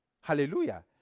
Hallelujah